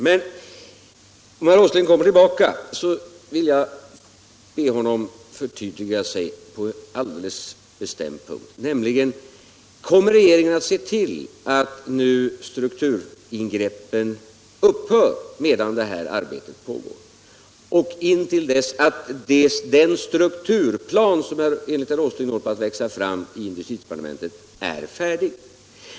När herr Åsling kommer tillbaka, vill jag be honom förtydliga sig på en alldeles bestämd punkt: Kommer regeringen att se till att strukturingreppen upphör medan detta arbete pågår och innan den strukturplan som enligt herr Åsling håller på att växa fram i industridepartementet är färdig?